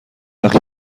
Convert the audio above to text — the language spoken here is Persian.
وقت